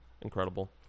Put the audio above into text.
incredible